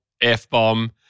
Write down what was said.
F-bomb